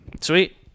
Sweet